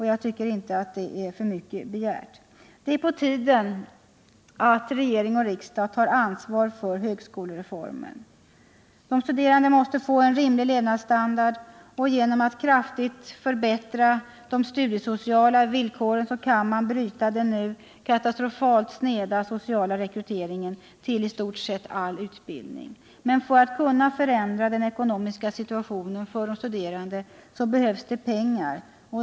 Jag tycker det inte är för mycket begärt. Det är på tiden att regering och riksdag tar ansvar för högskolereformen. De studerande måste få en rimlig levnadsstandard. Genom att kraftigt förbättra de studiesociala villkoren kan man bryta den nu katastrofalt sneda sociala rekryteringen till i stort sett all utbildning. Men för att kunna förändra den ekonomiska situationen för de studerande behövs pengar.